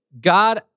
God